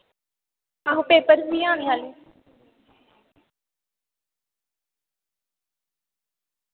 आहो पेपर बी आने आह्ले